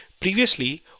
previously